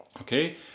Okay